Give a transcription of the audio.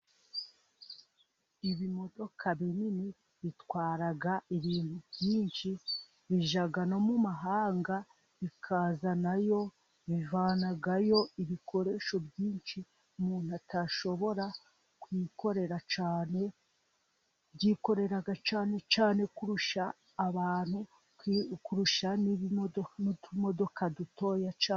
Ibimodoka binini bitwara ibintu byinshi bijyamo mu mahanga bikazanayo, bivanayo ibikoresho umuntu atashobora kwikorera cyane, byikorera cyane cyane kurusha abantu, kurusha n'utumodoka dutoya cyane.